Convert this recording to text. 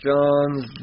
Johns